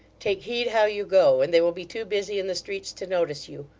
take heed how you go, and they will be too busy in the streets to notice you.